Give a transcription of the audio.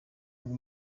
ngo